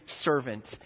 servant